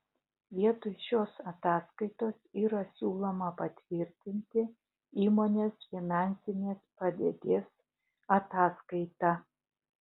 vietoj šios ataskaitos yra siūloma patvirtinti įmonės finansinės padėties ataskaitą